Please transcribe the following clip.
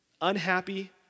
Unhappy